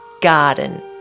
garden